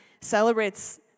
celebrates